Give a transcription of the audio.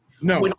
no